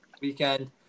weekend